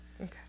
Okay